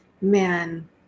man